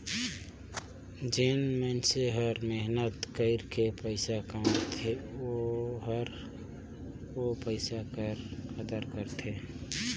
जेन मइनसे हर मेहनत कइर के पइसा कमाथे ओहर ओ पइसा कर कदर करथे